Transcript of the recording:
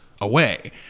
away